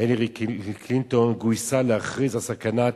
הילרי קלינטון, גויסה להכריז על סכנת